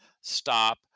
stop